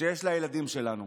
שיש לילדים שלנו.